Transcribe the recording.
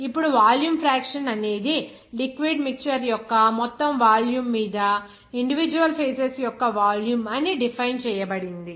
ఇప్పుడు volume fraction అనేది liquid mixture యొక్క మొత్తం వాల్యూమ్ మీద ఇండివిడ్యువల్ ఫేజెస్ వాల్యూమ్ అని డిఫైన్ చేయబడింది